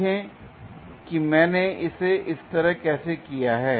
देखें कि मैंने इसे इस तरह कैसे किया है